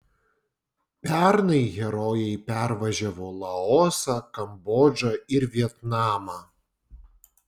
pernai herojai pervažiavo laosą kambodžą ir vietnamą